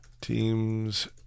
teams